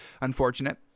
Unfortunate